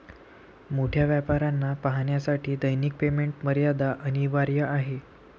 मोठ्या व्यापाऱ्यांना पाहण्यासाठी दैनिक पेमेंट मर्यादा अनिवार्य आहे